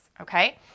Okay